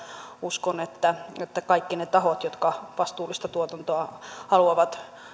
uskon että kaikki ne tahot jotka vastuullista tuotantoa haluavat